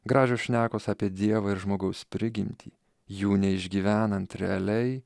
gražios šnekos apie dievą ir žmogaus prigimtį jų neišgyvenant realiai